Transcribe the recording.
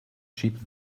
sheep